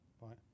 right